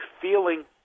feeling